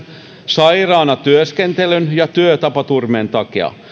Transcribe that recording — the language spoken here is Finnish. sairaana työskentelyn ja työtapaturmien takia